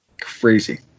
Crazy